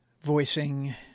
voicing